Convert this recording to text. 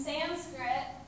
Sanskrit